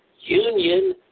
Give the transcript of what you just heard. union